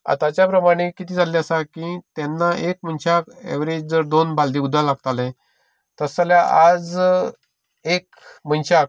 आताच्या प्रमाणें कित जालें आसा की तेन्ना एक मनशाक एवरेज जर दोन बालद्यो उदक लागतालें तशें जाल्यार आज एक मनशाक